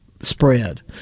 spread